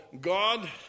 God